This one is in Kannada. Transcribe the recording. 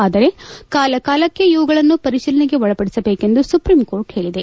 ಆದರೆ ಕಾಲ ಕಾಲಕ್ಕೆ ಇವುಗಳನ್ನು ಪರಿಶೀಲನೆಗೆ ಒಳಪಡಿಸಬೇಕೆಂದು ಸುಪ್ರೀಂ ಕೋರ್ಟ್ ಹೇಳಿದೆ